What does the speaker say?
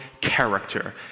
character